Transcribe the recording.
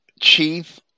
chief